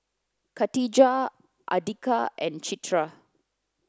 Katijah Andika and Citra